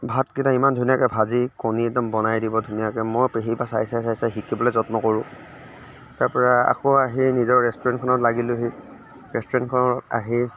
ভাতকেইটা ইমান ধুনীয়াকৈ ভাজি কণী একদম বনাই দিব ধুনীয়াকৈ মই পেহীৰ পৰা চাই চাই চাই চাই শিকিবলৈ যত্ন কৰোঁ তাৰ পৰা আকৌ আহি নিজৰ ৰেষ্টুৰেণ্টখনত লাগিলোঁহি ৰেষ্টুৰেণ্টখনৰ আহি